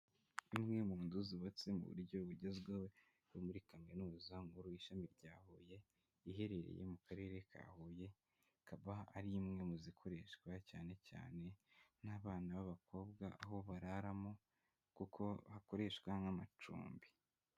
Imwe mu nzu zubatse mu buryo bugezweho yo muri Kaminuza nkuru ishami rya Huye iherereye mu karere ka Huye, ikabaha ari imwe mu zikoreshwa cyane cyane n'abana b'abakobwa, aho bararamo kuko hakoreshwa nk'amacumbi.